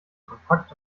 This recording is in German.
kompakt